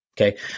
Okay